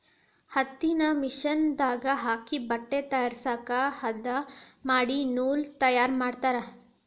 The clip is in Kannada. ಹತ್ತಿನ ಮಿಷನ್ ದಾಗ ಹಾಕಿ ಬಟ್ಟೆ ತಯಾರಸಾಕ ಹದಾ ಮಾಡಿ ನೂಲ ತಯಾರ ಮಾಡ್ತಾರ